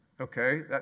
Okay